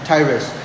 Tyrus